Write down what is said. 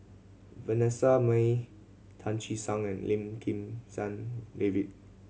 Vanessa Mae Tan Che Sang and Lim Kim San David